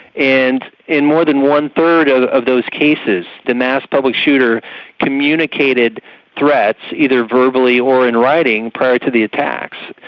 and in more than one-third of of those cases the mass public shooter communicated threats, either verbally or in writing, prior to the attacks.